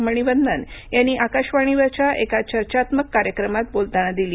मणीवन्नन यांनी आकाशवाणीवरच्या एका चर्चात्मक कार्यक्रमात बोलताना दिली